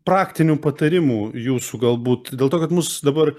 praktinių patarimų jūsų galbūt dėl to kad mus dabar